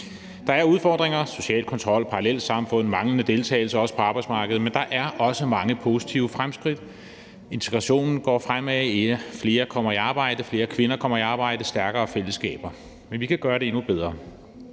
Der er udfordringer med social kontrol, parallelsamfund og manglende deltagelse, også på arbejdsmarkedet, men der er også sket mange fremskridt. Integrationen går fremad, flere kommer i arbejde, flere kvinder kommer i arbejde, og der er stærkere fællesskaber. Men vi kan gøre det endnu bedre.